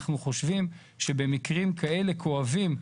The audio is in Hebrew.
אנחנו חושבים שבמקרים כאלה כואבים,